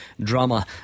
drama